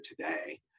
today